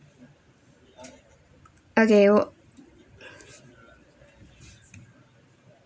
okay oh